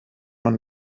man